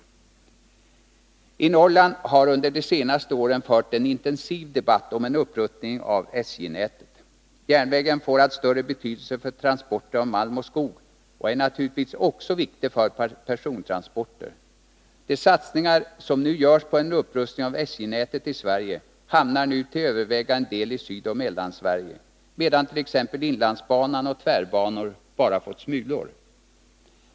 I Norrland har under de senaste åren förts en intensiv debatt om en upprustning av SJ-nätet. Järnvägen får allt större betydelse för transporter av malm och skog och är naturligtvis också viktig för persontransporter. De satsningar som nu görs på en upprustning av SJ-nätet i Sverige hamnar till övervägande del i Sydoch Mellansverige medan t.ex. inlandsbanan och tvärbanor bara fått smulor.